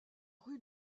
rue